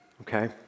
okay